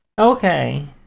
okay